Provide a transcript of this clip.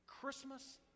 Christmas